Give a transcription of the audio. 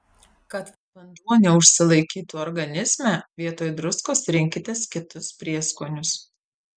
kad vanduo neužsilaikytų organizme vietoj druskos rinkitės kitus prieskonius